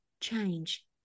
change